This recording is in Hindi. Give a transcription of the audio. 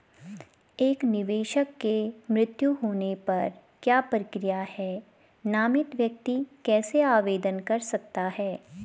एक निवेशक के मृत्यु होने पर क्या प्रक्रिया है नामित व्यक्ति कैसे आवेदन कर सकता है?